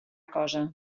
cosa